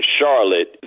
Charlotte